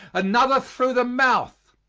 another through the mouth,